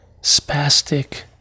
spastic